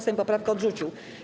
Sejm poprawkę odrzucił.